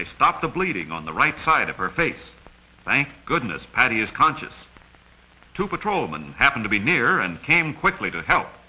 they stop the bleeding on the right side at her face thank goodness patti is conscious to patrol and happened to be near and came quickly to help